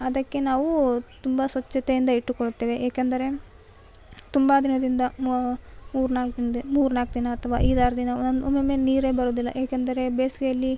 ಅದಕ್ಕೆ ನಾವು ತುಂಬ ಸ್ವಚ್ಛತೆಯಿಂದ ಇಟ್ಟುಕೊಳ್ಳುತ್ತೇವೆ ಏಕೆಂದರೆ ತುಂಬ ದಿನದಿಂದ ಮೂರು ನಾಲ್ಕು ಹಿಂದೆ ಮೂರು ನಾಲ್ಕು ದಿನ ಅಥವಾ ಐದು ಆರು ದಿನ ಒಮ್ಮೊಮ್ಮೆ ನೀರೇ ಬರೋದಿಲ್ಲ ಏಕೆಂದರೆ ಬೇಸಿಗೆಯಲ್ಲಿ